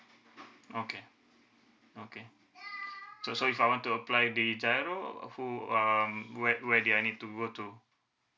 okay okay so so if I want to apply the GIRO who um where where did I need to go to